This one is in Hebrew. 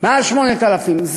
יותר מ-8,000 עובדים.